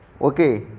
Okay